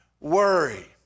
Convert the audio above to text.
worry